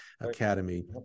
Academy